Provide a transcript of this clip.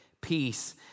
peace